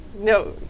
No